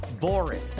boring